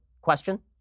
question